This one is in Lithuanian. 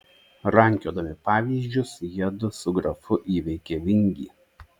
rankiodami pavyzdžius jiedu su grafu įveikė vingį